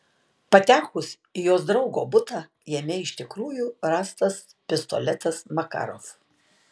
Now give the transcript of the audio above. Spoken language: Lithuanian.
patekus į jos draugo butą jame iš tikrųjų rastas pistoletas makarov